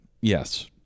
Yes